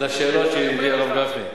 לשאלות שהעביר הרב גפני.